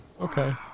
Okay